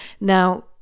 Now